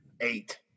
eight